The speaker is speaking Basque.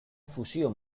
fusio